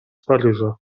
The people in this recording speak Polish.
paryża